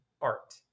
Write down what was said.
art